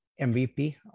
MVP